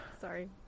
Sorry